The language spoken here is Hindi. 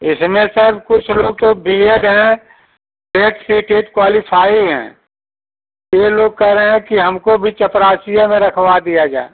इसमें सर कुछ लोग तो बीएड हैं नेट सीटइट क्वालिफाइ हैं ये लोग कह रहे हैं कि हमको भी चपरासिये में रखवा दिया जाए